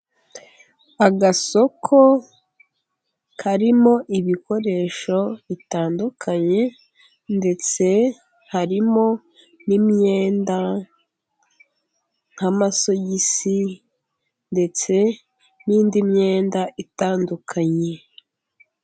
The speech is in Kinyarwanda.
Agasoko, karimo ibikoresho bitandukanye ndetse harimo n'imyenda nk'amasogisi ndetse n'indi myenda itandukanye.